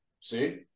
See